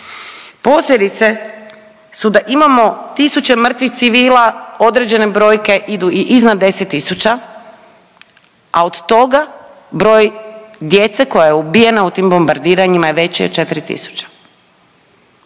Posljedice su da imamo tisuće mrtvih civila, određene brojke idu i iznad 10 tisuća, a od toga broj djece koja je ubijena u tim bombardiranjima je veći od 4